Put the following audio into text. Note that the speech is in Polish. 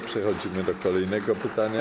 Przechodzimy do kolejnego pytania.